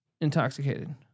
intoxicated